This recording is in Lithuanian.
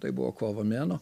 tai buvo kovo mėnuo